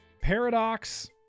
Paradox